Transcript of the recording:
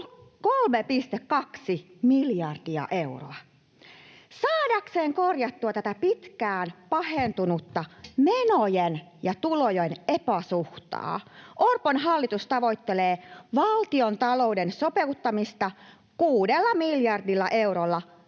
3,2 miljardia euroa. Saadakseen korjattua tätä pitkään pahentunutta menojen ja tulojen epäsuhtaa Orpon hallitus tavoittelee valtiontalouden sopeuttamista kuudella miljardilla eurolla